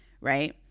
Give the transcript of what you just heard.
right